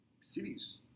cities